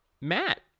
Matt